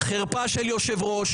חרפה של יושב-ראש,